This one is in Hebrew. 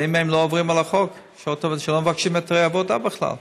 האם הם לא עוברים על החוק כשהם לא מבקשים היתרי עבודה בכלל?